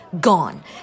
gone